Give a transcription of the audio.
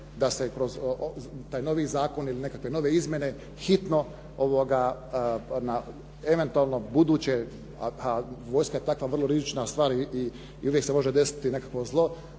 da se kroz taj novi zakon ili nekakve nove izmjene hitno na eventualno buduće a vojska je takva vrlo rizična stvar i uvijek se može desiti nekakvo zlo,